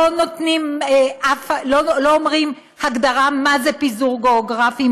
לא אומרים הגדרה מה זה פיזור גיאוגרפי,